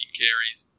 carries